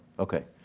okay,